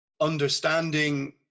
understanding